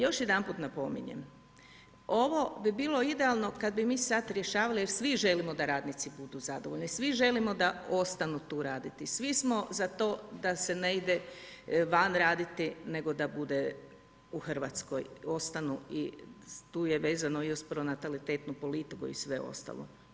Još jedanput napominjem, ovo bi bilo idealno kad bi mi sad rješavali, jer svi želimo da radnici budu zadovoljni, svi želimo da ostanu tu raditi, svi smo za to da se ne ide van raditi, nego da bude u Hrvatskoj, ostanu i tu je vezano i uz pronatalitetnu politiku i sve ostalo.